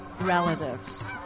relatives